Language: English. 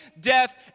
death